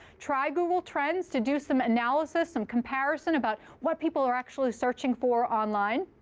try google trends to do some analysis, some comparison about what people are actually searching for online.